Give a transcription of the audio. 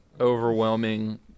overwhelming